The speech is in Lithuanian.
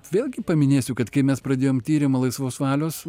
vėlgi paminėsiu kad kai mes pradėjom tyrimą laisvos valios